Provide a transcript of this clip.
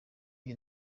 iyo